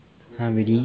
!huh! really